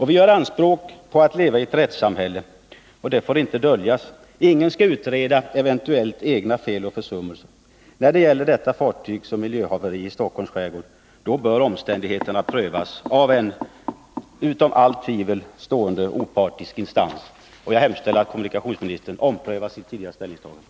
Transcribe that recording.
Vi gör anspråk på att leva i ett rättssamhälle, och där skall ingen utreda eventuella egna fel och försummelser. När det gäller detta fartygshaveri i Stockholms skärgård, som har stora verkningar på miljön, bör omständigheterna prövas av en helt opartisk instans. Jag hemställer att kommunikationsministern omprövar sitt tidigare ställningstagande.